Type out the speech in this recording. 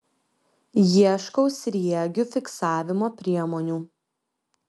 ieškau sriegių fiksavimo priemonių